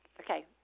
Okay